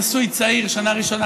נשוי צעיר שנה ראשונה,